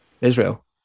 Israel